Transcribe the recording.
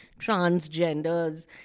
transgenders